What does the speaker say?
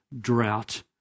drought